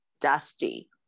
dusty